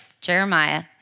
Jeremiah